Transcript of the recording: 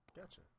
Gotcha